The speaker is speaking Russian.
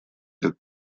как